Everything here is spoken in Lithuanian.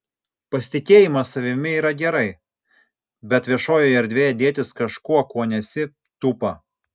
pasitikėjimas savimi yra gerai bet viešojoje erdvėje dėtis kažkuo kuo nesi tūpa